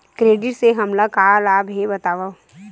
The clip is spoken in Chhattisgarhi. क्रेडिट से हमला का लाभ हे बतावव?